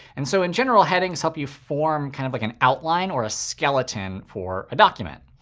and so in general, headings help you form kind of like an outline or a skeleton for a document.